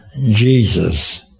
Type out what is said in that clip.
Jesus